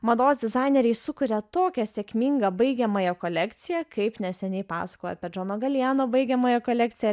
mados dizaineriai sukuria tokią sėkmingą baigiamąją kolekciją kaip neseniai pasakojo per džono galijano baigiamąją kolekciją